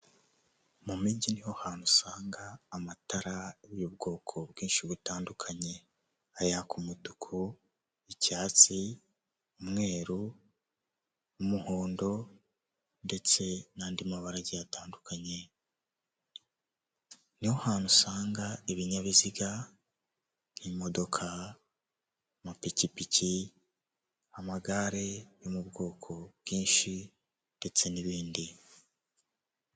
Mu mijyi niho hantu usanga amatara y'ubwoko bwinshi butandukanye ayaka umutuku, icyatsi, umweru, umuhondo, ndetse nandi mabara atandukanye niho hantu usanga ibinyabiziga imodoka, amapikipiki, amagare yo mu bwoko bwinshi, ndetse n'ibindi.